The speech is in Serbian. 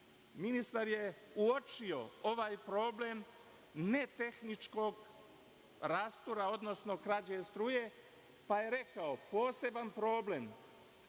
ministar je uočio ovaj problem netehničkog rastura, odnosno krađe struje, pa je rekao – poseban problem